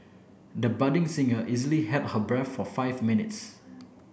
the budding singer easily held her breath for five minutes